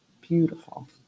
beautiful